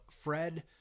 Fred